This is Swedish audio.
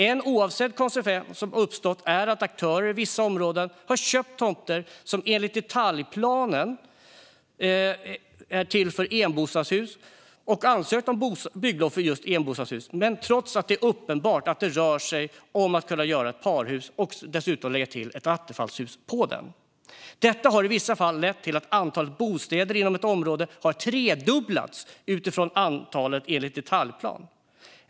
En oavsedd konsekvens som har uppstått är att aktörer i vissa områden har köpt tomter som enligt detaljplanen är till för enbostadshus, och de har ansökt om bygglov för just enbostadshus trots att det är uppenbart att det rör sig om att bygga ett parhus - och dessutom lägga till ett attefallshus. Detta har i vissa fall lett till att antalet bostäder inom ett område har tredubblats utifrån antalet bostäder enligt detaljplan.